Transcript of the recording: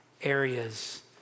Areas